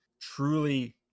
truly